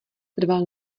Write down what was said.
trval